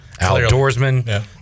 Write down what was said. outdoorsman